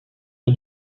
der